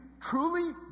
truly